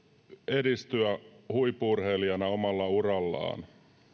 edistyä huippu urheilijana omalla urallaan